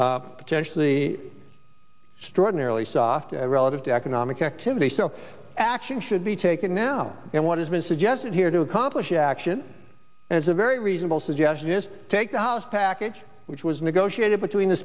t potentially strike nearly soft relative to economic activity so action should be taken now and what has been suggested here to accomplish the action as a very reasonable suggestion is take the house package which was negotiated between the